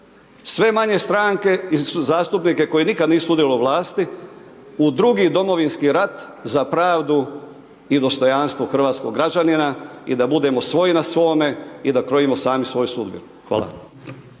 sve manje stranke i zastupnike koji nikada nisu sudjelovali u vlasti, u drugi Domovinski rat za pravdu i dostojanstvo hrvatskog građanina i da budemo svoji na svome i da krojimo sami svoju sudbinu. Hvala